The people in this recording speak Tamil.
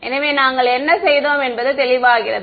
எனவே நாங்கள் என்ன செய்தோம் என்பது தெளிவாகிறது